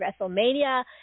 WrestleMania